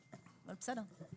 אבל בסדר.